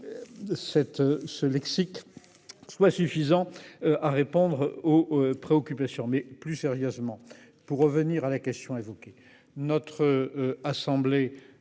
ce lexique. Soit suffisant à répondre aux préoccupations mais plus sérieusement. Pour revenir à la question évoquée notre assemblée